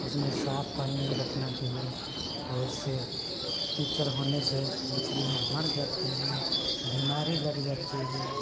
साफ़ पानी रखना चहिए और उससे कीचड़ होने से मछलियाँ मर जाती है बीमारी लग जाती है